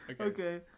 Okay